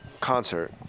concert